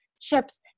chips